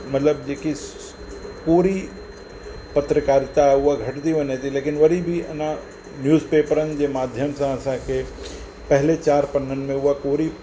मतिलबु जेकी पूरी पत्रिकारिता उह घटिजी वञे थी लेकिन वरी बि अञा न्यूज़ पेपरनि जे माध्यम सां असांखे पहिले चारि पननि में उहे पूरी